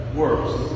worse